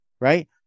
Right